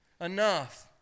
enough